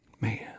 Man